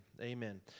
Amen